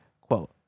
quote